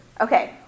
Okay